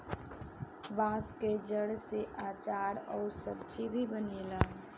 बांस के जड़ से आचार अउर सब्जी भी बनेला